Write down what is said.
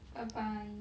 bye bye